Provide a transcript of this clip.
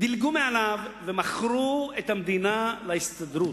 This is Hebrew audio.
דילגו מעליו, ומכרו את המדינה להסתדרות.